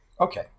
Okay